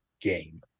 game